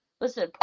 listen